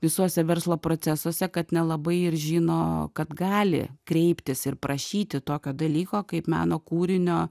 visuose verslo procesuose kad nelabai ir žino kad gali kreiptis ir prašyti tokio dalyko kaip meno kūrinio